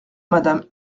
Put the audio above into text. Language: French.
madame